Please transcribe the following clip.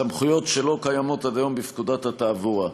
סמכויות שאינן קיימות בפקודת התעבורה.